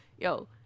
Yo